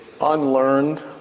unlearned